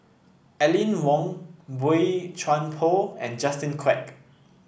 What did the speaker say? Aline Wong Boey Chuan Poh and Justin Quek